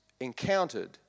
encountered